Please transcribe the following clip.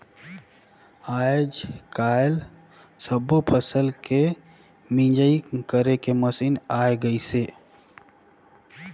आयज कायल सब्बो फसल के मिंजई करे के मसीन आये गइसे